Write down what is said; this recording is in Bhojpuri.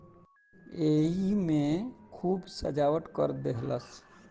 एईमे खूब सजावट कर देहलस